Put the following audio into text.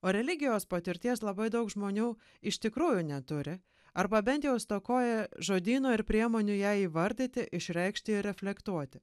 o religijos patirties labai daug žmonių iš tikrųjų neturi arba bent jau stokoja žodyno ir priemonių ją įvardyti išreikšti ir reflektuoti